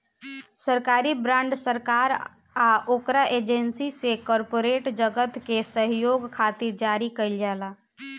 सरकारी बॉन्ड सरकार आ ओकरा एजेंसी से कॉरपोरेट जगत के सहयोग खातिर जारी कईल जाला